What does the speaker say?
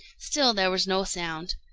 still there was no sound.